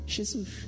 Jesus